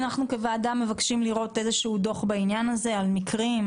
אנחנו כוועדה מבקשים לראות איזשהו דוח בעניין הזה על מקרים,